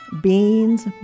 beans